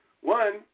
one